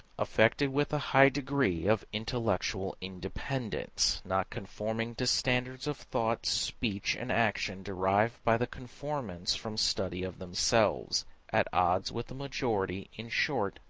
affected with a high degree of intellectual independence not conforming to standards of thought, speech and action derived by the conformants from study of themselves at odds with the majority in short,